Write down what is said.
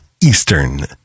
Eastern